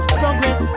progress